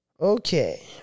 Okay